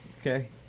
Okay